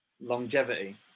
longevity